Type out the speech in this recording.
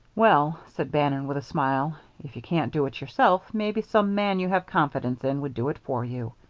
well, said bannon, with a smile, if you can't do it yourself, maybe some man you have confidence in would do it for you.